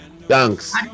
Thanks